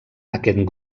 aquest